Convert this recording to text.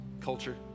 culture